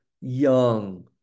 young